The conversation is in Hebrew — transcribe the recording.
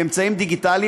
באמצעים דיגיטליים,